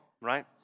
right